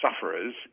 sufferers